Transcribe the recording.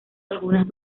algunas